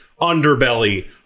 underbelly